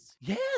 Yes